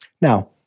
Now